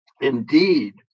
indeed